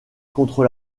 contre